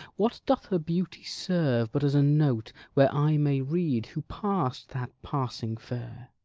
what doth her beauty serve but as a note where i may read who pass'd that passing fair?